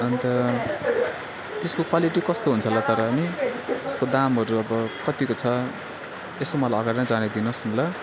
अन्त त्यसको क्वालिटी कस्तो हुन्छ होला तर नि त्यसको दामहरू अब कत्तिको छ यसो मलाई अगाडि नै जनाइदिनुस् न ल